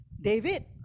David